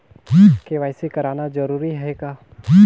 KYC कराना जरूरी है का?